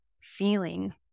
feeling